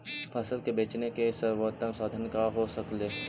फसल के बेचने के सरबोतम साधन क्या हो सकेली?